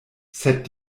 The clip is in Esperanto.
sed